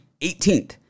18th